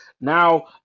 Now